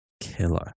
killer